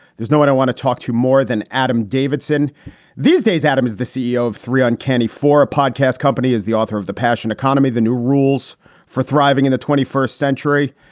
there's no i don't want to talk to you more than adam davidson these days. adam is the ceo of three uncanny for a podcast company is the author of the passion economy the new rules for thriving in the twenty first century.